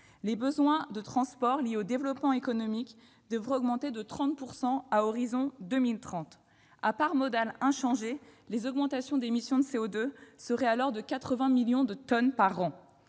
Les besoins de transports liés au développement économique devraient augmenter de 30 % à horizon de 2030. À parts modales inchangées, l'augmentation des émissions de CO2 serait alors de 80 millions de tonnes par an.